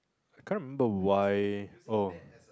I can't remember why oh